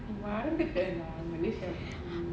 in one big than malaysia